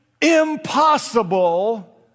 impossible